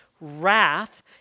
wrath